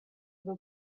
was